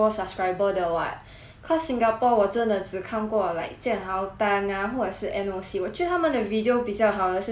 cause singapore 我真的只看过 like jianhao tan ah 或者是 N_O_C 我觉得他们的 video 比较好的是他们是那种 drama 类的